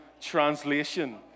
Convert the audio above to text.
translation